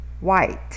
white